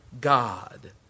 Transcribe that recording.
God